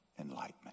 enlightenment